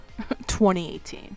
2018